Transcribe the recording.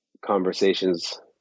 conversations